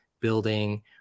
building